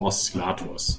oszillators